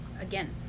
again